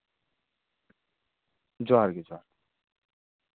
ᱡᱚᱦᱟᱨᱜᱮ ᱡᱚᱦᱟᱨᱜᱮ